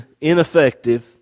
ineffective